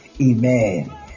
Amen